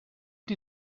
die